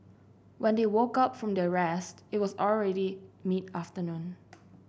when they woke up from their rest it was already mid afternoon